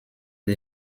des